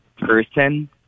person